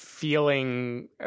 feeling